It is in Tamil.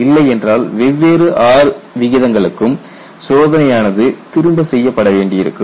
இல்லை என்றால் வெவ்வேறு R விகிதங்களுக்கும் சோதனையானது திரும்ப செய்யப்பட வேண்டியிருக்கும்